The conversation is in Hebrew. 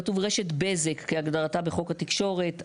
כתוב "רשת בזק כהגדרתה בחוק התקשורת",